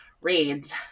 Reads